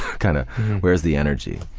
kind of where's the energy.